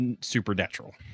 supernatural